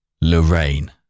Lorraine